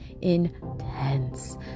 intense